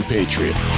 Patriot